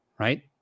Right